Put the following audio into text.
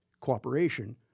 cooperation